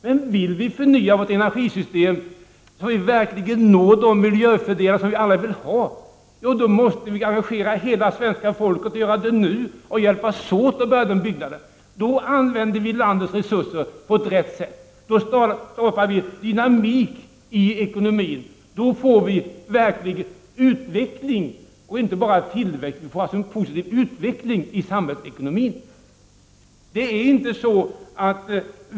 Men om vi vill förnya vårt energisystem så att vi verkligen når de miljöfördelar som vi alla vill ha, då måste vi engagera hela svenska folket nu och hjälpas åt med att bygga upp detta energisystem. I så fall skulle vi använda landets resurser på rätt sätt. Då skulle vi skapa dynamik i ekonomin och få en verklig utveckling i samhällsekonomin, inte bara tillväxt.